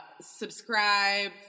subscribe